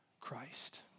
Christ